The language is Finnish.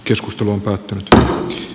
keskustelun päättymistä